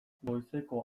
goizeko